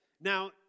Now